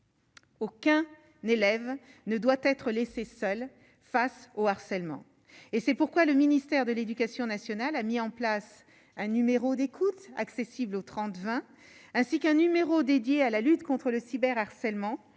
Aucun n'élève ne doit être laissé seul face au harcèlement et c'est pourquoi le ministère de l'Éducation nationale a mis en place un numéro d'écoute accessible aux 30 20 ainsi qu'un numéro dédié à la lutte contre le cyber harcèlement